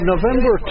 November